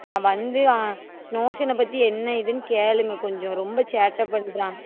ஆ வந்து ஆ நோஷனை பற்றி என்ன ஏதுன்னு கேளுங்க கொஞ்சம் ரொம்ப சேட்டை பண்ணுறான்